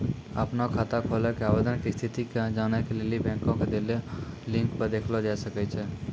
अपनो खाता खोलै के आवेदन के स्थिति के जानै के लेली बैंको के देलो लिंक पे देखलो जाय सकै छै